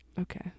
Okay